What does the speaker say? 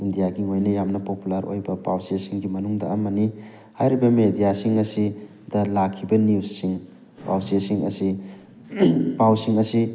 ꯏꯟꯗꯤꯌꯥꯒꯤ ꯑꯣꯏꯅ ꯌꯥꯝꯅ ꯄꯣꯄꯨꯂꯔ ꯑꯣꯏꯕ ꯄꯥꯎꯆꯦꯁꯤꯡꯒꯤ ꯃꯅꯨꯡꯗ ꯑꯃꯅꯤ ꯍꯥꯏꯔꯤꯕ ꯃꯦꯗꯤꯌꯥꯁꯤꯡ ꯑꯁꯤꯗ ꯂꯥꯛꯈꯤꯕ ꯅ꯭ꯌꯨꯁꯁꯤꯡ ꯄꯥꯎꯆꯦꯁꯤꯡ ꯑꯁꯤ ꯄꯥꯎꯁꯤꯡ ꯑꯁꯤ